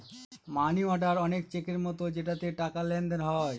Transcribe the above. মানি order অনেক চেকের মতো যেটাতে টাকার লেনদেন হয়